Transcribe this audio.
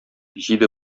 җиде